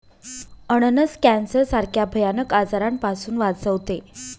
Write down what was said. अननस कॅन्सर सारख्या भयानक आजारापासून वाचवते